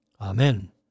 Amen